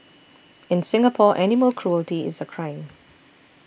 in Singapore animal cruelty is a crime